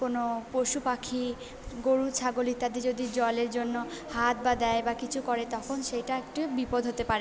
কোনো পশু পাখি গরু ছাগল ইত্যাদি যদি জলের জন্য হাত বা দেয় যদি কিছু করে তখন সেইটা একটি বিপদ হতে পারে